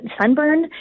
sunburn